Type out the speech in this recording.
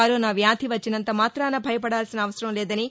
corona వ్యాధి వచ్చినంత మాత్రన భయపడాల్సిన అవసరం లేదని